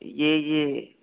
यानि यानि